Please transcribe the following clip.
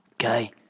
Okay